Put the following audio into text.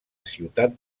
ciutat